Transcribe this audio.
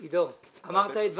בסדר, עידו, אמרת את דבריך.